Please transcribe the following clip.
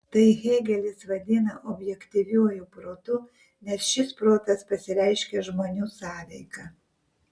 tai hėgelis vadina objektyviuoju protu nes šis protas pasireiškia žmonių sąveika